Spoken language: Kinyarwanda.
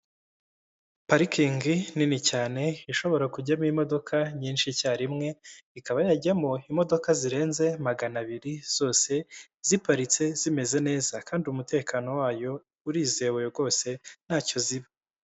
Parikingi nini cyane ishobora kujyamo imodoka nyinshi icyarimwe, ikaba yajyamo imodoka zirenze magana abiri zose ziparitse zimeze neza kandi umutekano wayo urizewe rwose ntacyo ziba.